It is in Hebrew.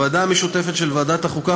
בוועדה המשותפת של ועדת החוקה,